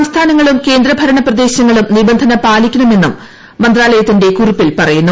സംസ്ഥാനങ്ങളും കേന്ദ്രഭരണപ്രദേശങ്ങളും നിബന്ധന പാലിക്കണമെന്നും മന്ത്രാലയത്തിന്റെ കുറിപ്പിൽ പറയുന്നു